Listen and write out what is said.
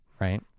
Right